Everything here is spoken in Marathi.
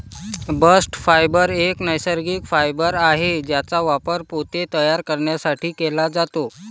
बस्ट फायबर एक नैसर्गिक फायबर आहे ज्याचा वापर पोते तयार करण्यासाठी केला जातो